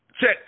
Check